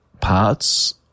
parts